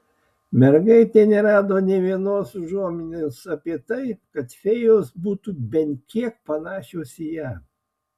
mergaitė nerado nė vienos užuominos apie tai kad fėjos būtų bent kiek panašios į ją